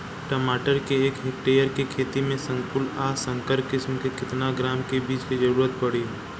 टमाटर के एक हेक्टेयर के खेती में संकुल आ संकर किश्म के केतना ग्राम के बीज के जरूरत पड़ी?